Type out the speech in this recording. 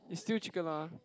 it's still chicken lah